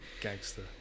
Gangster